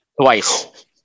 twice